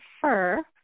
Fur